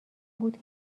بود